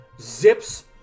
zips